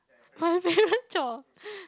my favourite chore